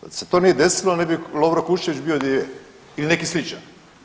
Da se to nije desilo ne bi Lovro Kuščević bio gdje je ili neki sličan.